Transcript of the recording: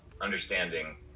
understanding